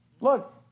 Look